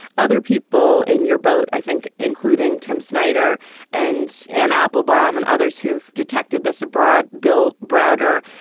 other people in your boat, i think, including tim snyder and anne applebaum and others who've detected this abroad, bill browder,